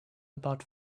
about